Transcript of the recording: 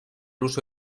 uso